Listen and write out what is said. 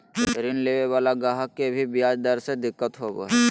ऋण लेवे वाला गाहक के भी ब्याज दर से दिक्कत होवो हय